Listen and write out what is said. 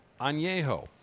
Añejo